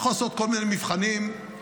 אתה יכול לעשות כל מיני מבחנים ראשוניים.